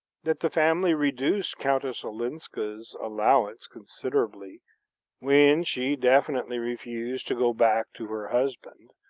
that the family reduced countess olenska's allowance considerably when she definitely refused to go back to her husband